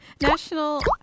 National